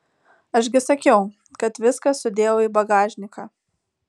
aš gi sakiau kad viską sudėjau į bagažniką